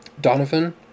Donovan